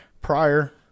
prior